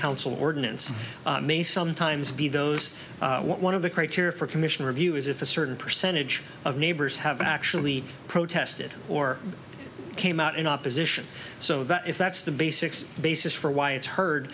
council ordinance may sometimes be those one of the criteria for commission review is if a certain percentage of neighbors have actually protested or came out in opposition so that if that's the basics the basis for why it's heard